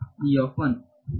ವಿದ್ಯಾರ್ಥಿ E 1